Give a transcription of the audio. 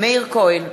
מאיר כהן,